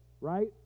Right